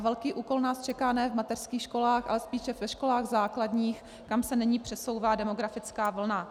Velký úkol nás čeká ne v mateřských školách, ale spíše ve školách základních, kam se nyní přesouvá demografická vlna.